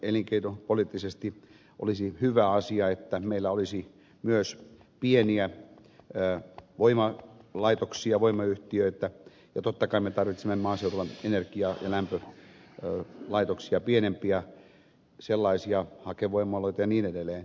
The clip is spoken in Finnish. elinkeinopoliittisesti olisi hyvä asia että meillä olisi myös pieniä voimalaitoksia voimayhtiöitä ja totta kai me tarvitsemme maaseudulla energiaa ja lämpölaitoksia pienempiä sellaisia hakevoimaloita ja niin edelleen